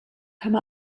come